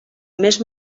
més